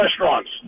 restaurants